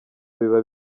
biba